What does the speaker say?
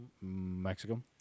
Mexico